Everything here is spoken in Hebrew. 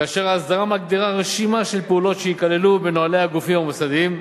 כאשר ההסדרה מגדירה רשימה של פעולות שייכללו בנוהלי הגופים המוסדיים.